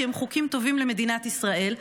כי הם חוקים טובים למדינת ישראל,